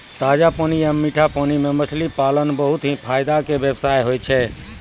ताजा पानी या मीठा पानी मॅ मछली पालन बहुत हीं फायदा के व्यवसाय होय छै